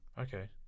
okay